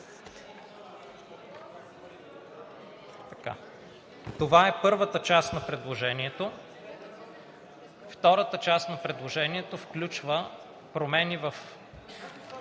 Това е първата част на предложението. Втората част на предложението включва промени в